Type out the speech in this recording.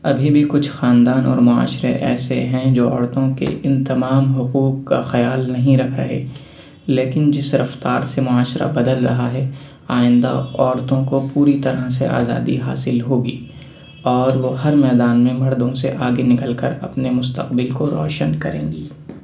ابھی بھی کچھ خاندان اور معاشرے ایسے ہیں جو عورتوں کے اِن تمام حقوق کا خیال نہیں رکھ رہے لیکن جِس رفتار سے معاشرہ بدل رہا ہے آئندہ عورتوں کو پوری طرح سے آزادی حاصل ہوگی اور وہ ہر میدان میں مردوں سے آگے نکل کر اپنے مستقبل کو روشن کریں گی